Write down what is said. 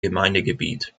gemeindegebiet